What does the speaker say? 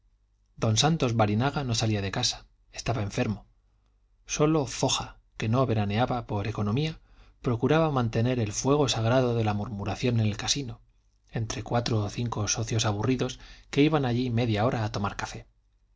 don santos barinaga no salía de casa estaba enfermo sólo foja que no veraneaba por economía procuraba mantener el fuego sagrado de la murmuración en el casino entre cuatro o cinco socios aburridos que iban allí media hora a tomar café en